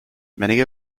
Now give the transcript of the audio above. many